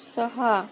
सहा